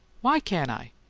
why can't i?